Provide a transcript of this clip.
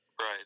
right